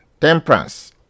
temperance